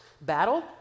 battle